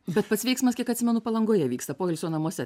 bet pats veiksmas kiek atsimenu palangoje vyksta poilsio namuose